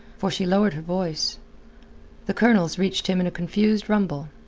for she lowered her voice the colonel's reached him in a confused rumble,